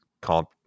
comp